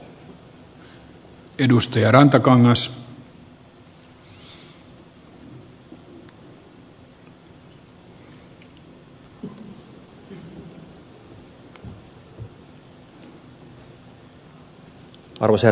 arvoisa herra puhemies